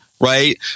Right